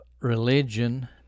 religion